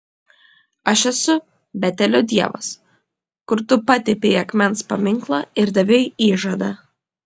aš esu betelio dievas kur tu patepei akmens paminklą ir davei įžadą